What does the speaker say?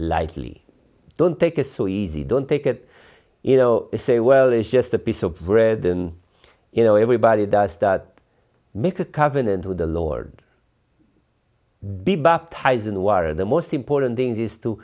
lightly don't take it so easy don't take it you know say well it's just a piece of bread and you know everybody does that make a covenant with the lord be baptized in water the most important thing is to